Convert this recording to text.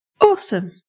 Awesome